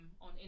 On